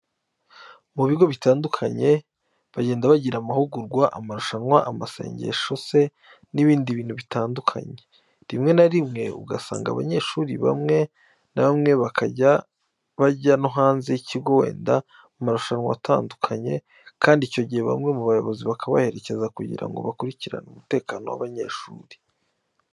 Mu bigo bitandukanye bagenda bagira amahugurwa, amarushanwa, amasengesho se n'ibindi bintu bitandukanye, rimwe na rimwe ugasanga abanyeshuri bamwe na bamwe bakajya bajya no hanze y'ikigo wenda mu marushanwa atandukanye kandi icyo gihe bamwe mu bayobozi bakabaherekeza kugira ngo bakurikirane umutekano w'abanyeshuri.